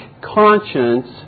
conscience